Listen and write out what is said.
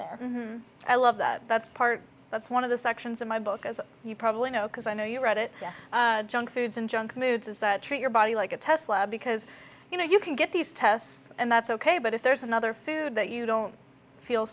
there i love that's part that's one of the sections of my book as you probably know because i know you read it junk foods and junk moods is that treat your body like a test because you know you can get these tests and that's ok but if there's another food that you don't feel